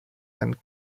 and